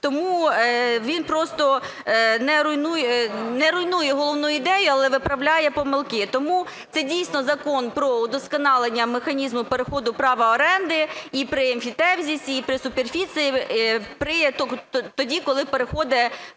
Тому він просто не руйнує головну ідею, але виправляє помилки. Тому це дійсно Закон про удосконалення механізму переходу права оренди і при емфітевзисі, і при суперфіції, тоді, коли переходить